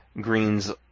green's